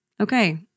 okay